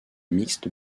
mixte